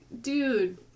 Dude